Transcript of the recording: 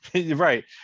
Right